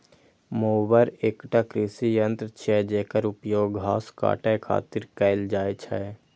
mower एकटा कृषि यंत्र छियै, जेकर उपयोग घास काटै खातिर कैल जाइ छै